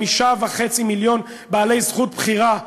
5.5 מיליון בעלי זכות בחירה,